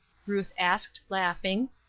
ruth asked, laughing.